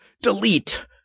delete